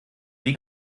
wie